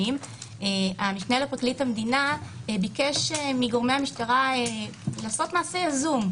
המשנה לפרקליט המדינה ביקש מגורמי המשטרה לעשות מעשה יזום,